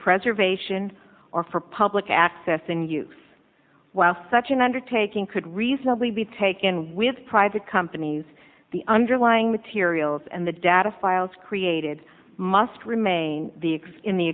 preservation or for public access and use while such an undertaking could reasonably be taken with private companies the underlying materials and the data files created must remain the existing the